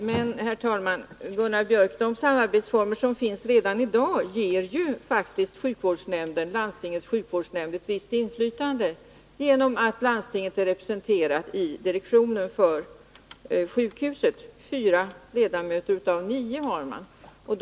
Herr talman! Men, Gunnar Biörck i Värmdö, de samarbetsformer som finns redan i dag ger faktiskt landstingets hälsooch sjukvårdsnämnd ett visst inflytande. Landstinget är nämligen representerat med fyra ledamöter av nio i sjukhusets direktion.